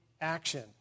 action